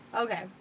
Okay